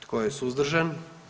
Tko je suzdržan?